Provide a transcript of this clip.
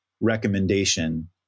recommendation